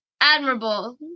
admirable